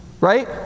right